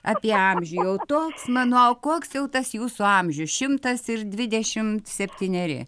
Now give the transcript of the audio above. apie amžių jau toks mano o koks jau tas jūsų amžius šimtas ir dvidešimt septyneri